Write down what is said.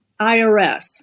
IRS